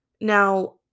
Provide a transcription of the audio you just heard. Now